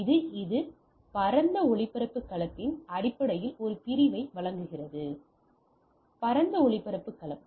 எனவே இது பரந்த ஒளிபரப்பு களத்தின் அடிப்படையில் ஒரு பிரிவை வழங்குகிறது பரந்த ஒளிபரப்புகளம்